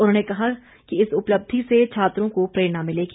उन्होंने कहा कि इस उपलब्धि से छात्रों को प्रेरणा मिलेगी